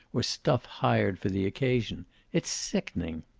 or stuff hired for the occasion it's sickening.